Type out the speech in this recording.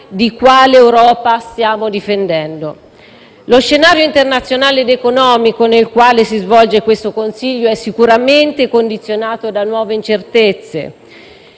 di quale Europa stiamo difendendo. Lo scenario internazionale ed economico nel quale si svolge questo Consiglio è sicuramente condizionato da nuove incertezze,